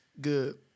good